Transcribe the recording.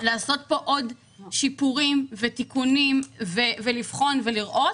לעשות כאן עוד שיפורים ותיקונים, לבחון ולראות,